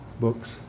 books